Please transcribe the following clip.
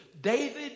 David